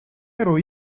ero